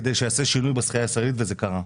כדי שיעשה שינוי בשחייה הישראלית, וזה קרה.